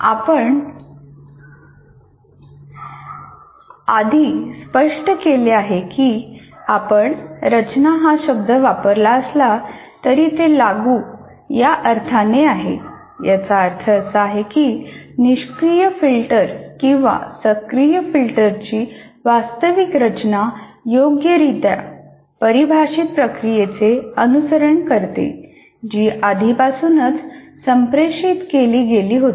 आपण आधी स्पष्ट केले आहे की आपण रचना हा शब्द वापरला असला तरी ते लागू या अर्थाने आहे याचा अर्थ असा आहे की निष्क्रीय फिल्टर किंवा सक्रिय फिल्टरची वास्तविक रचना योग्यरित्या परिभाषित प्रक्रियेचे अनुसरण करते जी आधीपासूनच संप्रेषित केली गेली होती